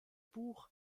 buch